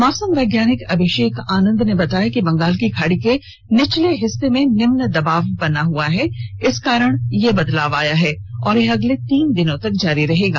मौसम वैज्ञानिक अभिषेक आनंद ने बताया कि बंगाल की खाड़ी के निचले हिस्से में निम्न दबाव बना हुआ है इसके कारण यह बदलाव आया है और यह अगले तीन दिनों तक जारी रहेगा